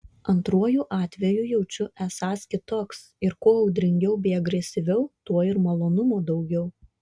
antruoju atveju jaučiu esąs kitoks ir kuo audringiau bei agresyviau tuo ir malonumo daugiau